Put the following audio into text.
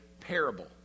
parable